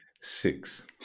six